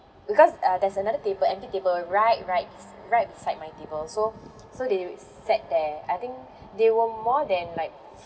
because uh there's another table empty table right right bes~ right beside my table so so they sat there I think they were more than like